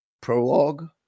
Prologue